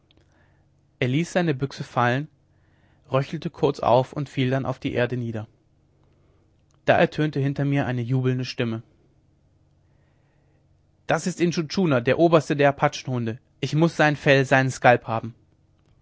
er ließ seine büchse fallen röchelte kurz auf und fiel dann auf die erde nieder da ertönte hinter mir eine jubelnde stimme das ist intschu tschuna der oberste der apachenhunde ich muß sein fell seinen skalp haben